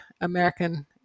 American